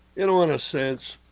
in on a sense,